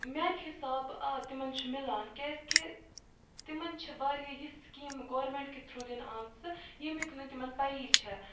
میٛانہِ حِساب آ تِمَن چھُ مِلان کیٛازِکہِ تِمَن چھِ واریاہ یِتھ سِکیٖمہٕ گورمٮ۪نٛٹ کہِ تھرٛوٗ دِنہٕ آمژٕ ییٚمیُک نہٕ تِمَن پَیی چھےٚ